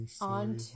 on